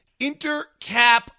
Intercap